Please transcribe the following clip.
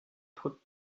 put